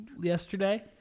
yesterday